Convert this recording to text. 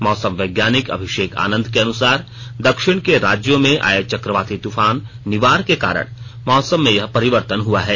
मौसम वैज्ञानिक अभिषेक आनंद के अनुसार दक्षिण के राज्यों में आये चकवाती तूफान निवार के कारण मौसम में यह परिवर्तन हुआ है